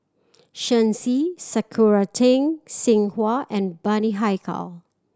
Shen Xi Sakura Teng Ying Hua and Bani Haykal